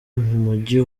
mujyi